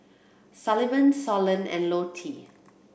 Sullivan Solon and Lottie